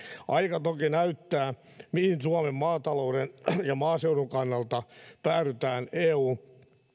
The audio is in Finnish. aika toki näyttää mihin suomen maatalouden ja maaseudun kannalta päädytään eu